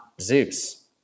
Zeus